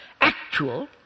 actual